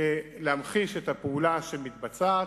להמחיש את הפעולה שמתבצעת.